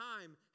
time